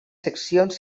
seccions